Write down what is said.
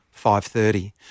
5.30